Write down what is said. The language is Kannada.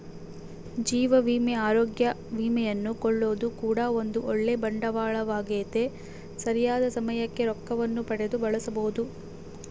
ಜೀವ ವಿಮೆ, ಅರೋಗ್ಯ ವಿಮೆಯನ್ನು ಕೊಳ್ಳೊದು ಕೂಡ ಒಂದು ಓಳ್ಳೆ ಬಂಡವಾಳವಾಗೆತೆ, ಸರಿಯಾದ ಸಮಯಕ್ಕೆ ರೊಕ್ಕವನ್ನು ಪಡೆದು ಬಳಸಬೊದು